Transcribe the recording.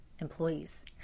employees